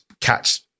catch